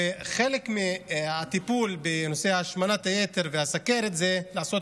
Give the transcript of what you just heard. וחלק מהטיפול בנושא השמנת היתר והסוכרת זה לעשות